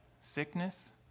sickness